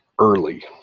early